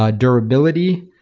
ah durability,